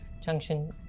Junction